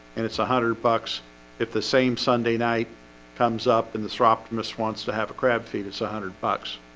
and it's a hundred bucks if the same sunday night comes up and the sir optimus wants to have a crab feet. it's one ah hundred bucks